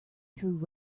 through